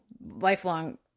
lifelong